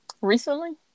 recently